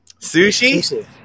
Sushi